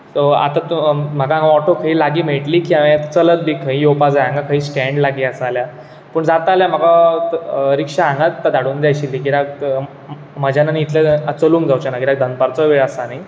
so आतां तूं म्हाका हांगा ओटो खंय लागी मेळटली की हांवेन चलत बी खंय येवपाक जाये हांगा खंय स्टेंड लागीं आसा जाल्यार पूण जाता जाल्यार म्हाका रिक्षा हांगाच धाडूंक जाय आशिल्ली कित्याक म्हज्यान आनीक इतलें चलुंक जांवचेना कित्याक दनपारचो वेळ आसा न्ही